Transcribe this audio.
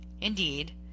Indeed